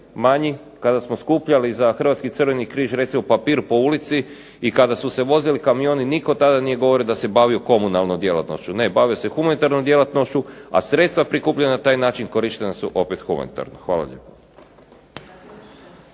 manji, kada smo skupljali za Hrvatski Crveni križ recimo papir po ulici i kada su se vozili kamioni nitko tada nije govorio da se bavio komunalnom djelatnošću, ne bavio se humanitarnom djelatnošću, a sredstva prikupljena na taj način korištena su opet humanitarno. Hvala lijepo.